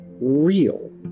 real